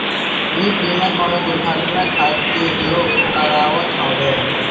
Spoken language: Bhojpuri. इ बीमा कवनो दुर्घटना खातिर लोग करावत हवे